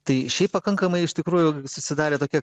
tai šiaip pakankamai iš tikrųjų susidarė tokia